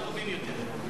אנחנו הטובים יותר.